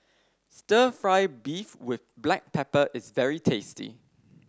stir fry beef with Black Pepper is very tasty